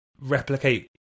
replicate